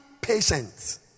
patient